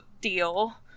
deal